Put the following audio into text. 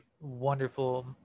wonderful